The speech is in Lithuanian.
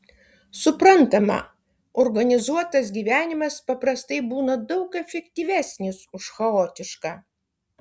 suprantama organizuotas gyvenimas paprastai būna daug efektyvesnis už chaotišką